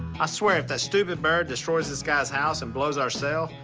i swear if that stupid bird destroys this guys house and blows our sale,